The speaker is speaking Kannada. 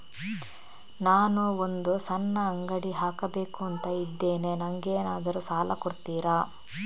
ನಾನು ಒಂದು ಸಣ್ಣ ಅಂಗಡಿ ಹಾಕಬೇಕುಂತ ಇದ್ದೇನೆ ನಂಗೇನಾದ್ರು ಸಾಲ ಕೊಡ್ತೀರಾ?